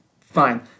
Fine